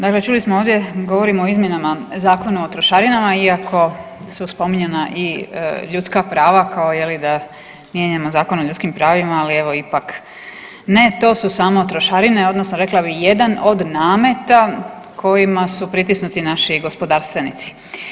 Dakle čuli smo ovdje, govorimo o izmjenama Zakona o trošarinama iako su spominjana i ljudska prava kao je li da mijenjamo Zakon o ljudskim pravima, ali evo ipak ne, to su samo trošarine odnosno rekla bi jedan od nameta kojima su pritisnuti naši gospodarstvenici.